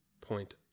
point